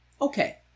Okay